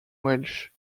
welsh